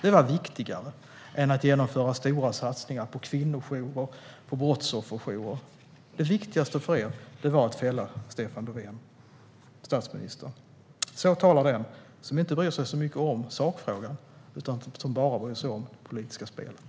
Det var viktigare än att genomföra stora satsningar på kvinnojourer och brottsofferjourer. Det viktigaste för er var att fälla Stefan Löfven, statsministern. Så talar den som inte bryr sig så mycket om sakfrågan utan som bara bryr sig om det politiska spelet.